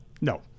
No